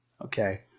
Okay